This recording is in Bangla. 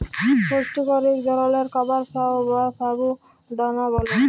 পুষ্টিকর ইক ধরলের খাবার সাগু বা সাবু দালা ব্যালে